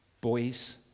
boys